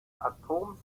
atoms